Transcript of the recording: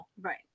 right